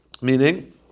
Meaning